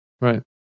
right